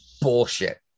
Bullshit